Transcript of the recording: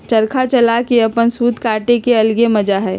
चरखा चला के अपन सूत काटे के अलगे मजा हई